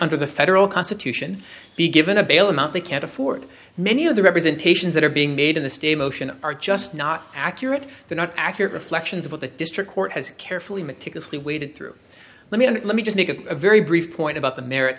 under the federal constitution be given a bail amount they can't afford many of the representations that are being made in the state motion are just not accurate they're not accurate reflections of what the district court has carefully meticulously waded through let me and let me just make a very brief point about the merits